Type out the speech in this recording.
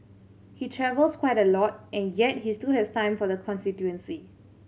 he travels quite a lot and yet he still has time for the constituency